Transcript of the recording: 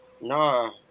No